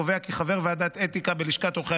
קובע כי חבר ועדת אתיקה בלשכת עורכי